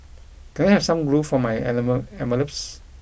can I have some glue for my animal envelopes